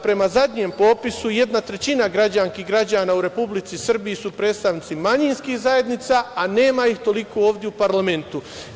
Prema zadnjem popisu jedna trećina građanki i građana u Republici Srbiji su predstavnici manjinskih zajednica, a nema ih toliko ovde u parlamentu.